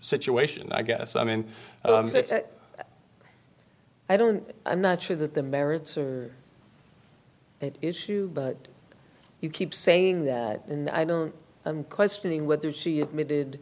situation i guess i mean i don't i'm not sure that the merits are issue but you keep saying that and i don't i'm questioning whether she admitted